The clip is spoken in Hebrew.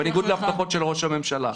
בניגוד להבטחות של ראש הממשלה.